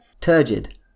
Turgid